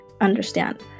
understand